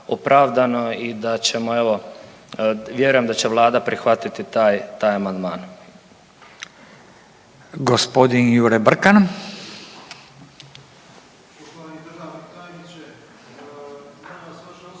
rekao, evo vjerujem da će vlada prihvatiti i ovaj amandman